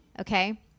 okay